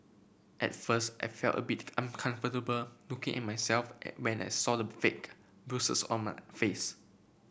at first I felt a bit uncomfortable looking at myself when I saw the fake bruises on my face